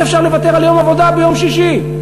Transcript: איך אפשר לוותר על יום עבודה ביום שישי?